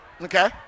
okay